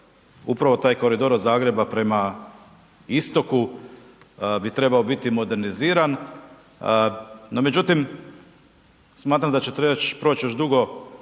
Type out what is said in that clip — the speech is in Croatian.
upravo taj koridor od Zagreba prema istoku bi trebao biti moderniziran, no međutim smatram da će proći još dugo